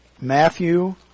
Matthew